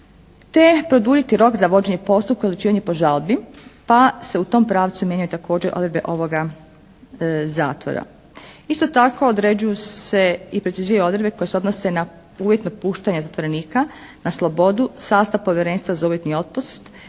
te produljiti rok za vođenje postupka za odlučivanje po žalbi, pa se u tom pravcu mijenjaju također odredbe ovoga zakona. Isto tako određuju se i preciziraju odredbe koje se odnose na uvjetno puštanje zatvorenika na slobodu, sastav Povjerenstva za uvjetni otpust,